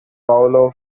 paolo